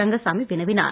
ரங்கசாமி வினவினார்